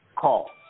call